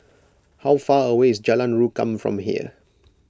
how far away is Jalan Rukam from here